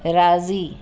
राज़ी